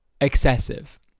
Excessive